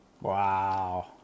Wow